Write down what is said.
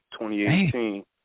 2018